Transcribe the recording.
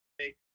take